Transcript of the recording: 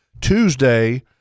Tuesday